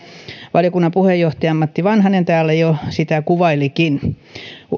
valiokunnan puheenjohtaja matti vanhanen täällä jo sitä kuvailikin